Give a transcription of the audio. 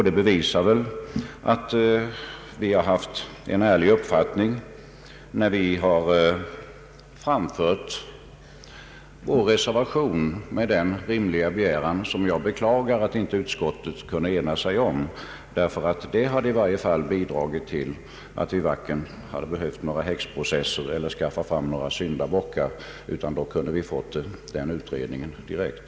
Det bevisar att vi har haft en ärlig uppfattning när vi framfört vår reservation med den rimliga begäran som jag beklagar att utskottet inte kunnat ena sig om. Det skulle nämligen ha bidragit till att vi varken hade behövt några häxprocesser eller skaffa fram några syndabockar, utan då skulle vi ha fått den begärda utredningen direkt.